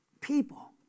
People